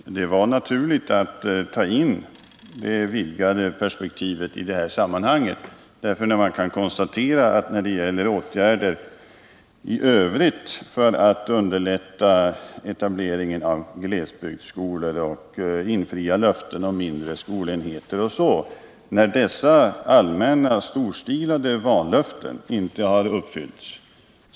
Herr talman! Det var naturligt att ta in det vidgade perspektivet i det här sammanhanget, eftersom man kan konstatera att de allmänna och storstilade vallöftena när det gäller åtgärder i övrigt för att underlätta etableringen av glesbygdsskolor och mindre skolenheter inte har uppfyllts.